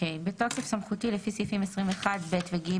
בתוקף סמכותי לפי סעיפים 20(1)(ב) ו-(ג)